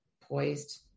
poised